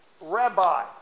rabbi